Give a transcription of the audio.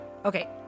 Okay